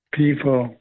people